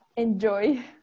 Enjoy